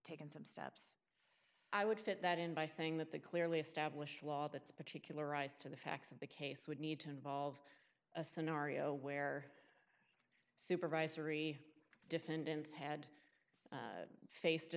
taken some steps i would fit that in by saying that the clearly established law that's particularized to the facts of the case would need to involve a scenario where supervisory defendants had faced a